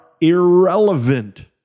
irrelevant